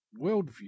worldview